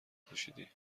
پوشیدی